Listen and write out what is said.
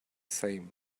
same